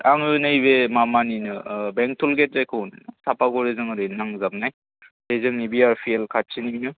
आङो नैबे माबानिनो बेंटल गेट जायखौ होनो सापागुरिजों ओरै नांजाबनाय बे जोंनि बि आर पि एल खाथिनिनो